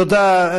תודה.